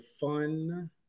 fun